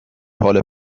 حال